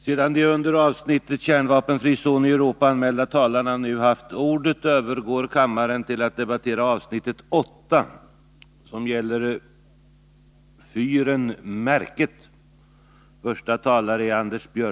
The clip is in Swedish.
Sedan de under avsnittet Vissa frågor rörande den ekonomiska uppgörelsen i samband med bildandet av Svenskt Stål AB, m.m. anmälda talarna nu haft ordet övergår kammaren till att debattera avsnitt 14: Serafimerlasarettets portalbyggnader.